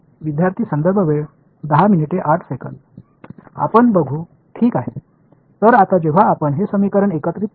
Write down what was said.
विद्यार्थीः आपण बघू ठीक आहे तर आता जेव्हा आपण हे समीकरण एकत्रित करू